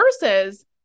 versus